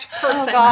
person